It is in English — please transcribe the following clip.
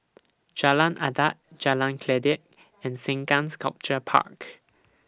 Jalan Adat Jalan Kledek and Sengkang Sculpture Park